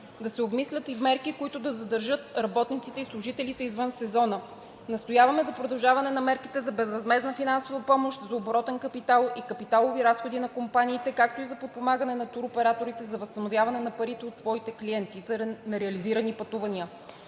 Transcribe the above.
да се обмислят и мерки, които да задържат работниците и служителите извън сезона. Настояваме за продължаване на мерките за безвъзмездна финансова помощ за оборотен капитал и капиталови разходи на компаниите, както и за подпомагане на туроператорите за възстановяване на парите от своите клиенти за нереализирани пътувания.